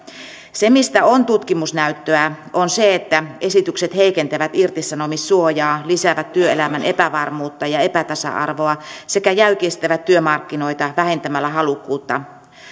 se mistä on tutkimusnäyttöä on se että esitykset heikentävät irtisanomissuojaa lisäävät työelämän epävarmuutta ja epätasa arvoa sekä jäykistävät työmarkkinoita vähentämällä halukkuutta